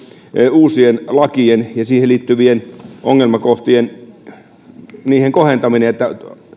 uusien lakien ja niihin liittyvien ongelmakohtien kohentaminen niin että